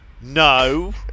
No